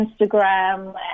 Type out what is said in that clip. Instagram